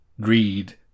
greed